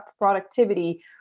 productivity